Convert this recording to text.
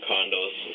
Condos